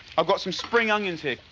i've got some spring onions here.